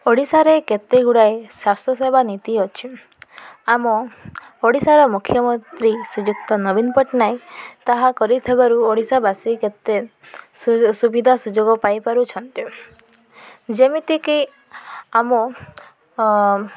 ଓଡ଼ିଶାରେ କେତେ ଗୁଡ଼ାଏ ସ୍ୱାସ୍ଥ୍ୟ ସେବା ନୀତି ଅଛି ଆମ ଓଡ଼ିଶାର ମୁଖ୍ୟମନ୍ତ୍ରୀ ଶ୍ରୀଯୁକ୍ତ ନବୀନ ପଟ୍ଟନାୟକ ତାହା କରିଥିବାରୁ ଓଡ଼ିଶାବାସୀ କେତେ ସୁ ସୁବିଧା ସୁଯୋଗ ପାଇପାରୁଛନ୍ତି ଯେମିତିକି ଆମ